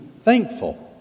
thankful